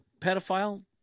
pedophile